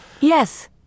Yes